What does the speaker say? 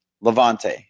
Levante